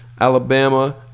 Alabama